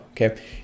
okay